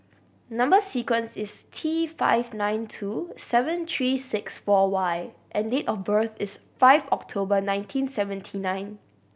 number sequence is T five nine two seven three six four Y and date of birth is five October nineteen seventy nine